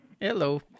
Hello